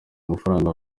amafaranga